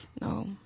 No